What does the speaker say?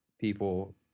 people